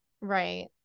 Right